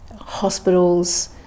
Hospitals